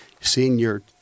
senior